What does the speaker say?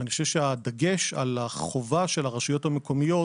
ואני חושב שהדגש על החובה של הרשויות המקומיות,